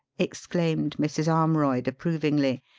exclaimed mrs. armroyd approvingly.